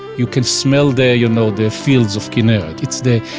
you can smell the, you know, the fields of kinneret. it's the,